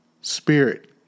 Spirit